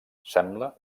sembla